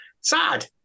sad